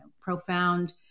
profound